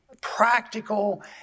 practical